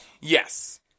Yes